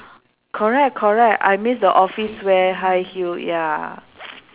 correct correct I miss the office wear high heel ya